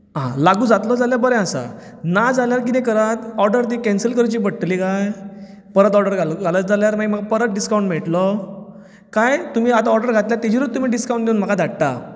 आ लागू जातलो जाल्यार बरें आसा ना जाल्यार कितें करात ऑर्डर ती कॅन्सील करची पडटली काय परत ऑर्डर घालीत जाल्यार परत डिसकावंट मेळटलो काय तुमी आतां ऑर्डर घातल्या तेजेरूच डिसकावंट दिवून तुमी म्हाका धाडटात